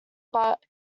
but